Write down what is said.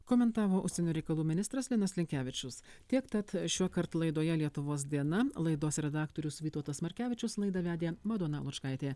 komentavo užsienio reikalų ministras linas linkevičius tiek tad šiuokart laidoje lietuvos diena laidos redaktorius vytautas markevičius laidą vedė madona lučkaitė